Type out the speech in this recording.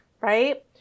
right